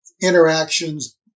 interactions